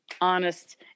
honest